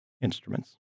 instruments